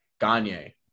Gagne